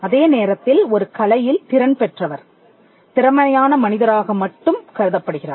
அதே நேரத்தில் ஒரு கலையில் திறன் பெற்றவர் திறமையான மனிதராக மட்டும் கருதப்படுகிறார்